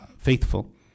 Faithful